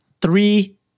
three